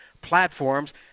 platforms